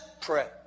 pray